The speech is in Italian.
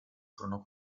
furono